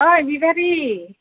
ओइ बिबारि